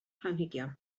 planhigion